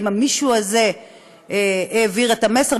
ואם המישהו הזה העביר את המסר,